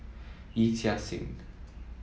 Yee Chia Hsing